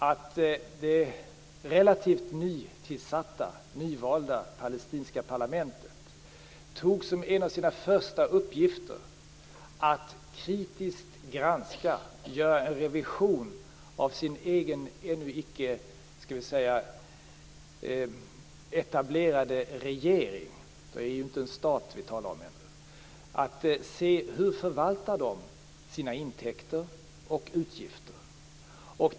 Det relativt nyvalda palestinska parlamentet tog som en av sina första uppgifter på sig att kritiskt granska och göra en revision av den egna ännu icke etablerade regeringen - vi talar ju ännu inte om en stat - för att se hur den förvaltar sina intäkter och utgifter.